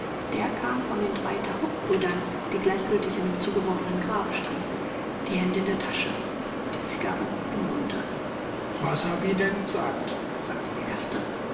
der kam von den drei tarokbrüdern die gleichgültig an dem zugeworfenen grabe standen die hände in der tasche die zigarren im munde was hab i denn g'sagt fragte der erste